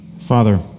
Father